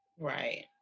Right